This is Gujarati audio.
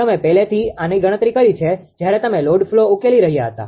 તમે પહેલેથી આની ગણતરી કરી છે જયારે તમે લોડ ફલો ઉકેલી રહ્યા હતા